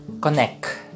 Connect